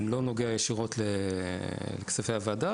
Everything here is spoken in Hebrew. לא נוגע ישירות לכספי הוועדה,